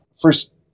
first